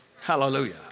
Hallelujah